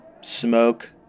smoke